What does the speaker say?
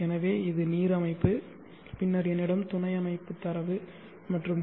எனவே இது நீர் அமைப்பு பின்னர் என்னிடம் துணை அமைப்பு தரவு மற்றும் பி